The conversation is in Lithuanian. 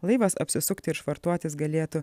laivas apsisukti ir švartuotis galėtų